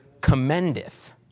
commendeth